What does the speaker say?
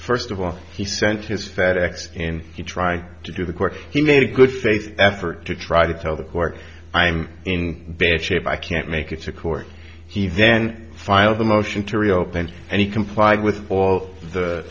first of all he sent his fed ex and you try to do the court he made a good faith effort to try to tell the court i'm in bad shape i can't make it to court he then filed the motion to reopen and he complied with all the